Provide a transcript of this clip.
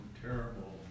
terrible